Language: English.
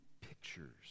pictures